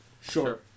Sure